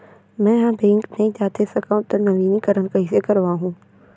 मैं ह बैंक नई जाथे सकंव त नवीनीकरण कइसे करवाहू?